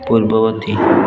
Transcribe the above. ପୂର୍ବବର୍ତ୍ତୀ